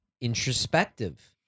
introspective